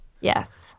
Yes